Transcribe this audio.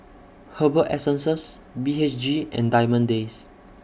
Herbal Essences B H G and Diamond Days